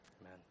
Amen